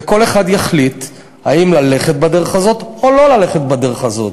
וכל אחד יחליט האם ללכת בדרך הזאת או לא ללכת בדרך הזאת.